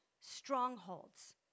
strongholds